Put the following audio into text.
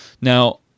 now